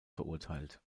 verurteilt